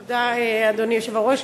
תודה, אדוני היושב-ראש.